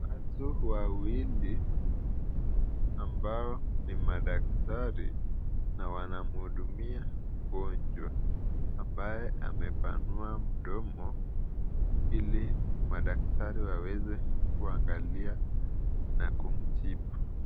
Watu wawili ambao ni madaktari na wanamhudumia mgonjwa ambaye amepanua mdomo hili madaktari waweze kuangalia na kumtibu.